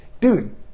dude